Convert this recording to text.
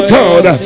God